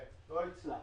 כן, לא הצלחתי.